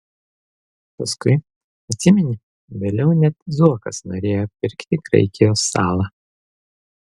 paskui atsimeni vėliau net zuokas norėjo pirkti graikijos salą